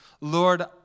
Lord